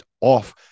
off